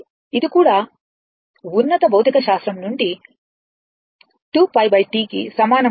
ఇది కూడా ఉన్నత భౌతికశాస్త్రం నుండి 2π T కి సమానం అని మనకి తెలుసు